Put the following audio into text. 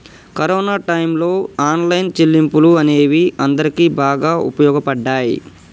corona టైయ్యంలో online చెల్లింపులు అనేవి అందరికీ బాగా వుపయోగపడ్డయ్యి